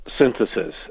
synthesis